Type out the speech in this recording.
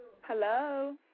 Hello